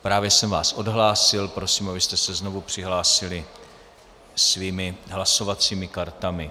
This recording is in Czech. Právě jsem vás odhlásil, prosím, abyste se znovu přihlásili svými hlasovacími kartami.